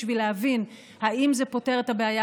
בשביל להבין אם זה פותר את הבעיה,